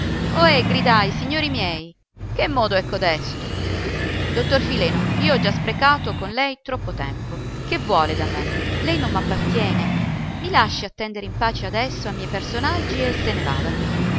gridai signori miei che modo è codesto dottor fileno io ho già sprecato con lei troppo tempo che vuole da me lei non m appartiene i lasci attendere in pace adesso a miei personaggi e se ne vada